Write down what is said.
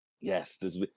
yes